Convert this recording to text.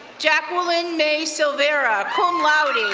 jacquelyn may silvera, cum laude,